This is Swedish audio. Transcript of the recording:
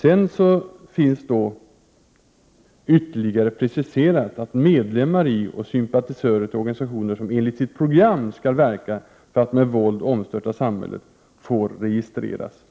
Sedan finns det ytterligare preciserat att medlemmar i och sympatisörer till organisationer som enligt sitt program skall verka för att med våld omstörta samhället får registreras.